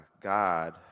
God